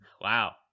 wow